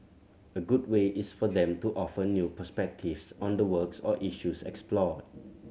a good way is for them to offer new perspectives on the works or issues explored